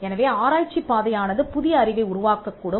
எனவே ஆராய்ச்சிப் பாதையானது புதிய அறிவை உருவாக்கக்கூடும்